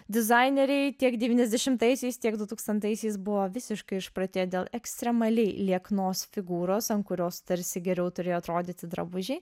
dizaineriai tiek devyniasdešimtaisiais tiek du tūkstantaisiais buvo visiškai išprotėję dėl ekstremaliai lieknos figūros ant kurios tarsi geriau turėjo atrodyti drabužiai